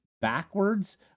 backwards